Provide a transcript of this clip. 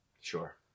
Sure